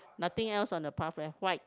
nothing else on the path leh white